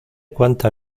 cuánta